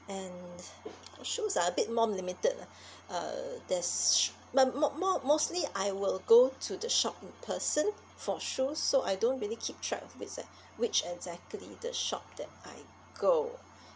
and shoes are a bit more limited lah uh there's sh~ but more more mostly I will go to the shop in person for shoes so I don't really keep track of the which exactly the shop that I go